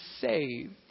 saved